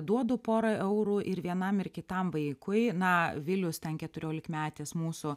duodu porą eurų ir vienam ir kitam vaikui na vilius ten keturiolikmetis mūsų